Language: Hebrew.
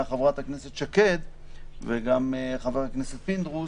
חברת הכנסת שקד וגם חבר הכנסת פינדרוס,